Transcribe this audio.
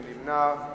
מי נמנע?